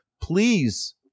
please